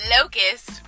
Locust